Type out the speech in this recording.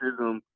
racism